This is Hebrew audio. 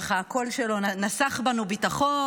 וככה הקול שלו נסך בנו ביטחון.